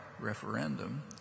referendum